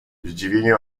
zdziwienie